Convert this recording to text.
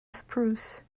spruce